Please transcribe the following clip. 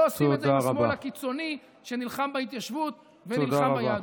לא עושים את זה עם השמאל הקיצוני שנלחם בהתיישבות ונלחם ביהדות.